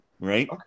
Right